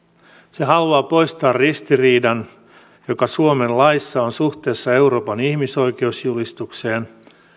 se haluaa poistaa ristiriidan joka suomen laissa on suhteessa euroopan ihmisoikeusjulistukseen